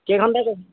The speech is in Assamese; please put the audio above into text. কেইঘণ্টা কাম